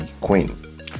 queen